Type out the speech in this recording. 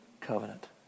covenant